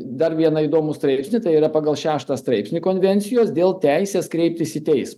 dar vieną įdomų straipsnį tai yra pagal šeštą straipsnį konvencijos dėl teisės kreiptis į teismą